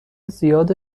زیاد